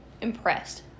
impressed